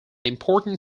important